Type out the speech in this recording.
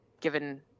given